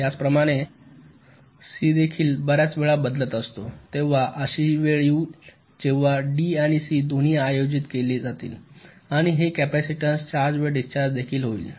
त्याचप्रमाणे सी देखील बर्याच वेळा बदलत असतो तेव्हा अशीही वेळ येईल जेव्हा डी आणि सी दोन्ही आयोजित केले जातील आणि हे कॅपॅसिटन्स चार्ज व डिस्चार्ज देखील होईल